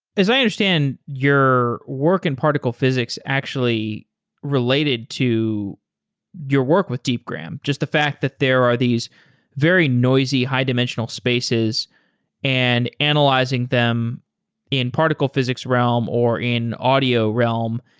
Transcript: as i understand, your work in particle physics actually related to your work with deepgram, just the fact that there are these very noisy high-dimensional spaces and analyzing them in particle physics realm or in audio realm,